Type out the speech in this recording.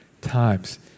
times